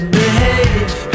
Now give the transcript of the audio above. behave